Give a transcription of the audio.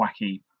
wacky